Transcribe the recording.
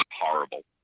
horrible